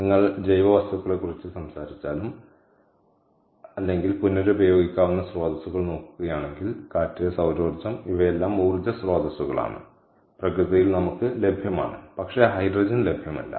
നിങ്ങൾ ജൈവവസ്തുക്കളെക്കുറിച്ച് സംസാരിച്ചാലും അതെ അവിടെയുണ്ട് അല്ലെങ്കിൽ പുനരുപയോഗിക്കാവുന്ന സ്രോതസ്സുകൾ നോക്കുകയാണെങ്കിൽ കാറ്റ് സൌരോർജ്ജം ഇവയെല്ലാം ഊർജ്ജ സ്രോതസ്സുകളാണ് പ്രകൃതിയിൽ നമുക്ക് ലഭ്യമാണ് പക്ഷേ ഹൈഡ്രജൻ ലഭ്യമല്ല